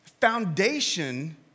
foundation